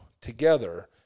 together